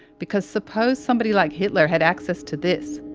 because suppose somebody like hitler had access to this?